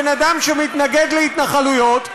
בן-אדם שמתנגד להתנחלויות,